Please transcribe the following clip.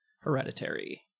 Hereditary